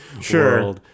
Sure